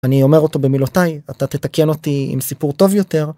אני אומר אותו במילותיי, אתה תתקן אותי עם סיפור טוב יותר.